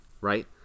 right